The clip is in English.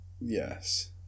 Yes